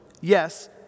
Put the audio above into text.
Yes